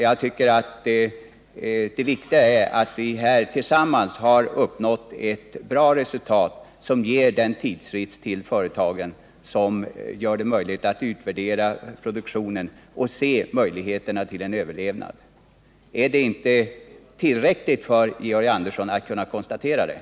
Jag tycker att det viktiga är att vi tillsammans har uppnått ett bra resultat som ger företagen den tidsfrist som behövs för att utvärdera produktionen och undersöka möjligheterna för en överlevnad. Är det inte tillräckligt för Georg Andersson att kunna konstatera detta?